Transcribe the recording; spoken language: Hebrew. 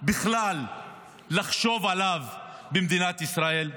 בכלל לחשוב עליו במדינת ישראל?